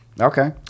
Okay